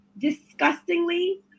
disgustingly